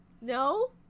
No